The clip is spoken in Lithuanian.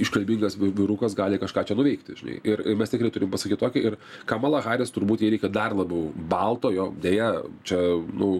iškalbingas vy vyrukas gali kažką čia nuveikti žinai ir ir mes tikrai turim pasakyt tokį ir kamala haris turbūt jai reikia dar labiau baltojo deja čia nu